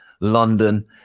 London